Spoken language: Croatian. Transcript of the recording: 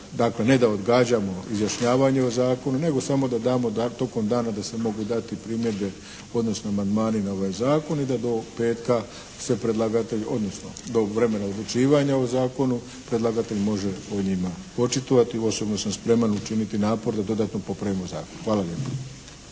dakle ne da odgađamo izjašnjavanje o zakonu, nego samo da damo da tokom dana da se mogu dati primjedbe, odnosno amandmani na ovaj Zakon i da do petka se predlagatelj, odnosno do vremena odlučivanja o Zakonu predlagatelj može o njima očitovati. Osobno sam spreman učiniti napor da dodatno popravimo zakon. Hvala lijepo.